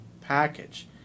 package